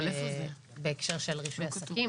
בהקשר של רישוי עסקים.